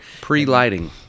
Pre-lighting